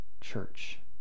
church